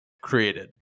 created